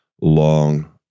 long